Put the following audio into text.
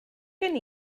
gen